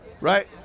right